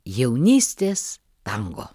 jaunystės tango